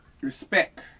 respect